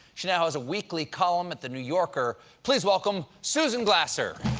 she now has a weekly column at the new yorker. please welcome susan glasser!